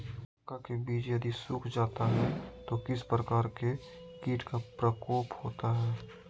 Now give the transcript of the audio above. मक्का के बिज यदि सुख जाता है तो किस प्रकार के कीट का प्रकोप होता है?